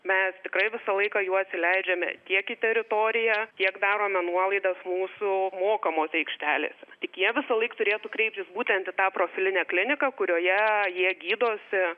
mes tikrai visą laiką juos įleidžiame tiek į teritoriją tiek darome nuolaidas mūsų mokamose aikštelėse tik jie visąlaik turėtų kreiptis būtent į tą profilinę kliniką kurioje jie gydosi